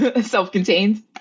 Self-contained